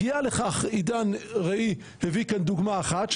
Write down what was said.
עידן הביא כאן דוגמה אחת,